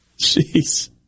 Jeez